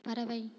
பறவை